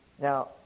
Now